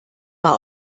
war